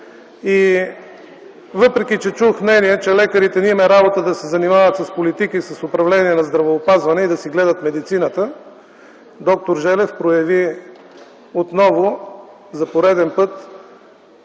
Въпреки че чух мнения, че на лекарите не им е работа да се занимават с политика и с управление на здравеопазването и да си гледат медицината, д-р Желев прояви отново, за пореден път